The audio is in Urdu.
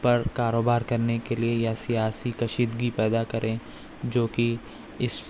پر کاروبار کرنے کے لیے یا سیاسی کشیدگی پیدا کریں جو کہ اس